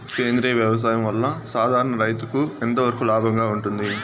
సేంద్రియ వ్యవసాయం వల్ల, సాధారణ రైతుకు ఎంతవరకు లాభంగా ఉంటుంది?